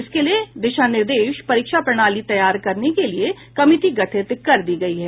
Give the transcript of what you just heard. इसके लिए दिशा निर्देश परीक्षा प्रणाली तैयार करने के लिए कमिटी गठित कर दी गयी है